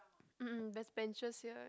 mm mm there's benches here